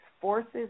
forces